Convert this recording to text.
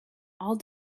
all